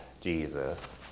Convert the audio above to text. Jesus